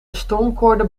stormkoorden